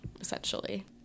essentially